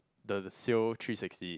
the sail three sixty